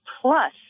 plus